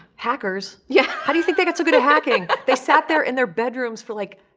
hackers. yeah how do you think they got so good at hacking? they sat there in their bedrooms for, like,